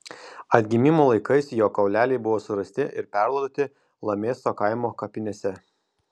atgimimo laikais jo kauleliai buvo surasti ir perlaidoti lamėsto kaimo kapinėse